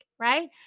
right